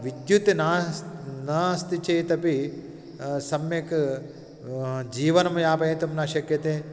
विद्युत् नास्ति नास्ति चेतपि सम्यक् जीवनं यापयितुं न शक्यते